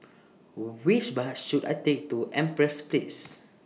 Which Bus should I Take to Empress Place